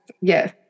yes